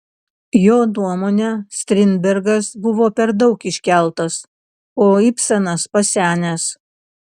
jo nuomone strindbergas buvo per daug iškeltas o ibsenas pasenęs